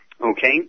Okay